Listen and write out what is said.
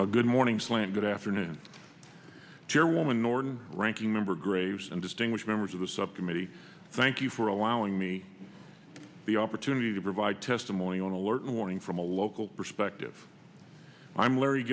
a good morning slam good afternoon terry woman norton ranking member graves and distinguished members of the subcommittee thank you for allowing me the opportunity to provide testimony on alert and warning from a local perspective i'm larry